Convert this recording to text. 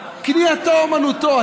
כניעתו, אומנותו.